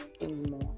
anymore